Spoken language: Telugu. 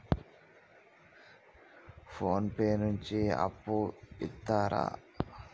ఫోన్ పే నుండి అప్పు ఇత్తరా?